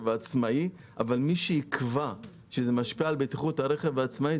העצמאי" אבל מי שיקבע שזה משפיע על בטיחות הרכב העצמאי,